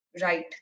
right